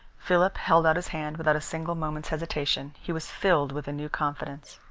philip held out his hand without a single moment's hesitation. he was filled with a new confidence.